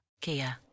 Kia